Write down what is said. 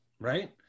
Right